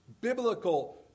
biblical